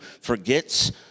forgets